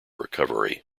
recovery